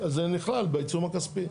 אז זה נכלל בעיצום הכספי.